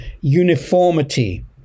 uniformity